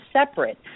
separate